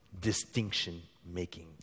distinction-making